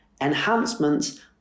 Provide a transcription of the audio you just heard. Enhancements